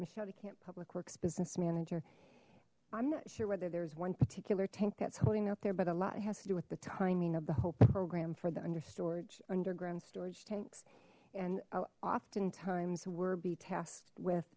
michelle you can't public works business manager i'm not sure whether there's one particular tank that's holding out there but a lot has to do with the timing of the whole program for the under storage underground storage tanks and oftentimes were be tasked with